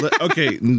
Okay